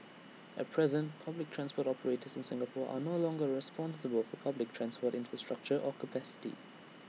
at present public transport operators in Singapore are no longer responsible for public transport infrastructure or capacity